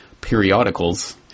periodicals